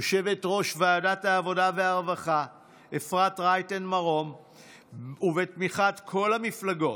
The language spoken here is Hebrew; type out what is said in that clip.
יושבת-ראש ועדת העבודה והרווחה אפרת רייטן ובתמיכת כל המפלגות.